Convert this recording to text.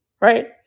right